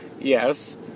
Yes